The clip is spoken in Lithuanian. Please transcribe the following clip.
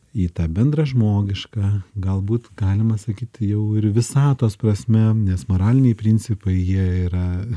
į tą bendrą žmogišką galbūt galima sakyt jau ir visatos prasme nes moraliniai principai jie yra